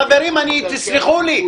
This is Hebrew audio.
חברים, תסלחו לי.